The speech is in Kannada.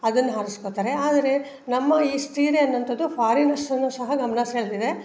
ಅದನ್ನ ಆರ್ಸ್ಕೊಳ್ತಾರೆ ಆದರೆ ನಮ್ಮ ಈ ಸೀರೆ ಅನ್ನುವಂಥದ್ದು ಫಾರಿನರ್ಸನ್ನು ಸಹ ಗಮನ ಸೆಳೆದಿದೆ